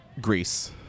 Greece